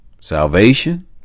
Salvation